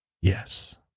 Yes